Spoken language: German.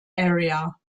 area